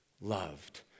Loved